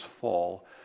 fall